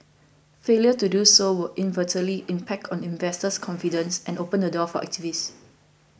failure to do so will inevitably impact on investors confidence and open the door for activists